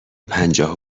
پنجاه